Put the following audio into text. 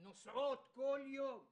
נוסעות כל יום לנגב,